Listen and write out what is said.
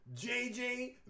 JJ